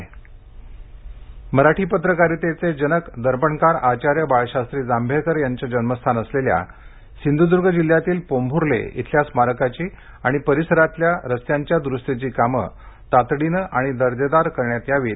दर्पणकार स्मारक मराठी पत्रकारितेचे जनक दर्पणकार आचार्य बाळशास्त्री जांभेकर यांचं जन्मस्थान असलेल्या सिंधुदुर्ग जिल्ह्यातील पोंभूर्ले इथल्या स्मारकाची आणि परिसरातील रस्त्यांच्या दुरुस्तीची कामं तातडीनं आणि दर्जेदार करण्यात यावीत